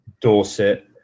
dorset